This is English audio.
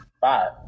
Five